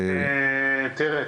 תראה,